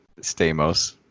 Stamos